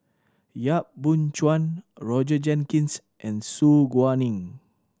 Yap Boon Chuan Roger Jenkins and Su Guaning